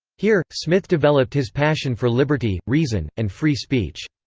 here, smith developed his passion for liberty, reason, and free speech.